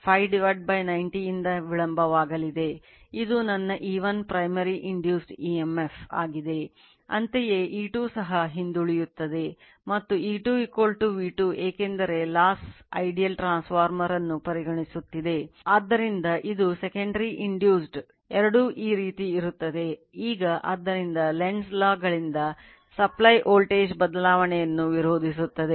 ಆದ್ದರಿಂದ ಇದರರ್ಥ ನನ್ನ V1 Φ90o ಇಂದ ವಿಳಂಬವಾಗಲಿದೆ ಇದು ನನ್ನ E1 primary induced emf voltage ಬದಲಾವಣೆಯನ್ನು ವಿರೋಧಿಸುತ್ತದೆ